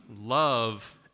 Love